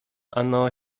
ano